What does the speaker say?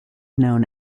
known